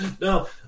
No